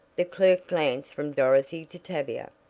the clerk glanced from dorothy to tavia.